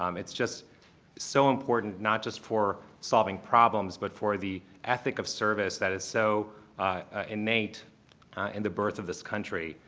um it's just so important not just for solving problems, but for the ethic of service that is so innate in the birth of this country.